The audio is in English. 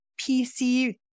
PC